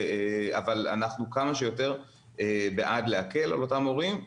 אבל אנחנו כמה שיותר בעד להקל על אותם הורים,